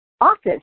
office